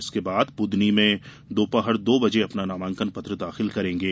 इसके बाद बुधनी में दोपहर दो बजे अपना नामांकन पत्र दाखिल करेंगे